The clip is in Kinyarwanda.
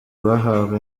bahawe